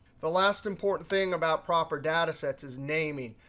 the last important thing about proper data sets is naming.